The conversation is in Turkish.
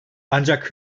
ancak